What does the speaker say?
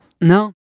No